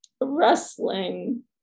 wrestling